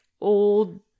old